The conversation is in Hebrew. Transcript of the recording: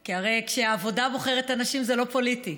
כי הרי כשהעבודה בוחרת אנשים זה לא פוליטי,